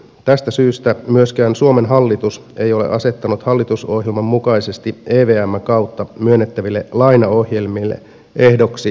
tästä syystä myöskään suomen hallitus ei ole asettanut hallitusohjelman mukaisesti evmn kautta myönnettäville lainaohjelmille ehdoksi vakuuksia